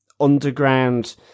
underground